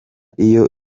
iyo